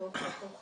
לתקציב